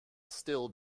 still